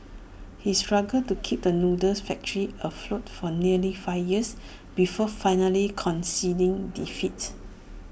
he struggled to keep the noodle's factory afloat for nearly five years before finally conceding defeats